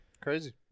Crazy